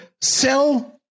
Sell